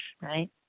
Right